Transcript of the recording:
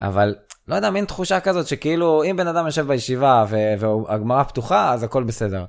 אבל לא יודע, מין תחושה כזאת שכאילו אם בן אדם יושב בישיבה והגמרה פתוחה, אז הכל בסדר.